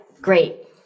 Great